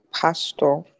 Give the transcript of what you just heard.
Pastor